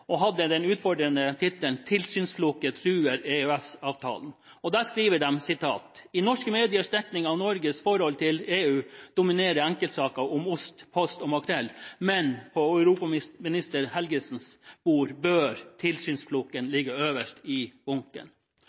den utfordrende tittelen «Tilsynsfloke truer EØS-avtalen» – skriver: «I norske mediers dekning av Norges forhold til EU dominerer enkeltsaker om ost, post og makrell, men på europaminister Helgesens bord bør tilsynsfloken ligge øverst i bunken.»